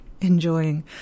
enjoying